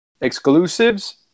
exclusives